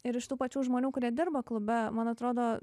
ir iš tų pačių žmonių kurie dirba klube man atrodo